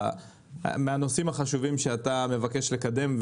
מהנושאים החשובים שאתה מבקש לקדם,